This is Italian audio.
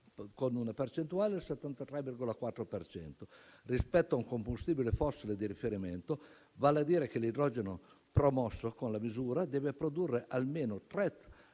con una percentuale del 73,4 per cento rispetto a un combustibile fossile di riferimento; vale a dire che l'idrogeno promosso con la misura deve produrre meno di